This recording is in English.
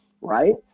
right